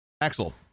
Axel